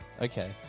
Okay